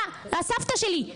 הסבתא שלי,